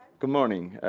good morning.